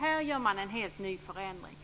Nu görs en helt ny förändring,